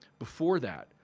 before that.